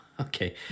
Okay